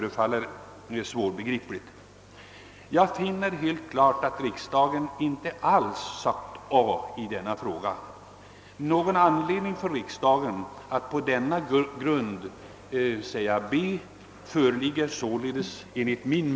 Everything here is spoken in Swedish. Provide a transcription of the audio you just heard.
Enligt min mening är det alltså helt klart att riksdagen inte alls sagt A i denna fråga. Någon anledning för riksdagen att säga B finns således inte.